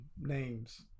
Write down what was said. names